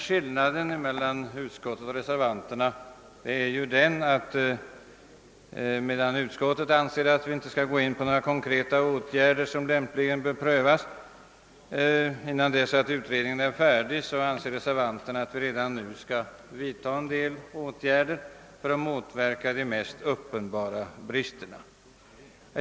Skillnaden mellan utskottsmajoriteten och reservanterna är, att majoriteten anser att vi inte nu bör vidta några konkreta åtgärder innan utredning är verkställd, medan reservanterna anser att vi bör vidta en del åtgärder som motverkar de mest uppenbara bristerna.